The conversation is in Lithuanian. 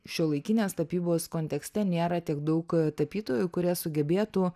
šiuolaikinės tapybos kontekste nėra tiek daug tapytojų kurie sugebėtų